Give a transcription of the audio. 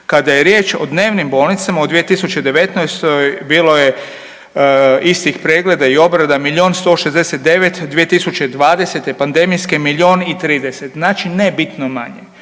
Kada je riječ o dnevnim bolnicama u 2019. bilo je istih pregleda i obrada milijun 169, 2020. pandemijske milijun i 30, znači ne bitno manje.